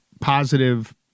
positive